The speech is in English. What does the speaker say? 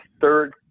third